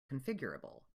configurable